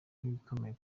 nk’ibikomeye